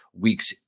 weeks